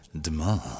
demand